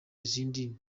izindi